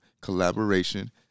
collaboration